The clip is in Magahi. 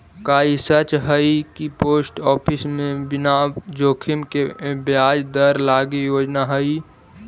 का ई सच हई कि पोस्ट ऑफिस में बिना जोखिम के ब्याज दर लागी योजना हई?